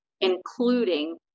including